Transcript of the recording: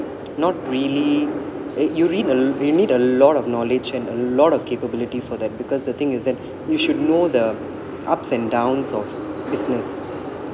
not really uh you need a you need a lot of knowledge and a lot of capability for that because the thing is that you should know the ups and downs of business